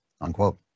unquote